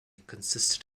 consisted